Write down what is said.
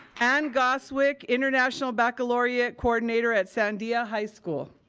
ann goswick, international baccalaureate coordinator at sandia high school.